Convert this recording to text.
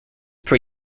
pre